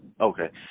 Okay